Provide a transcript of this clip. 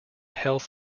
health